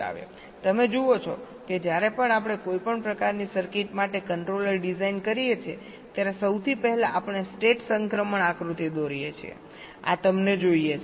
તમે જુઓ છો કે જ્યારે પણ આપણે કોઈપણ પ્રકારની સર્કિટ માટે કંટ્રોલર ડિઝાઇન કરીએ છીએ ત્યારે સૌથી પહેલા આપણે સ્ટેટ સંક્રમણ આકૃતિ દોરીએ છીએ આ તમને જોઈએ છે